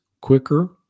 quicker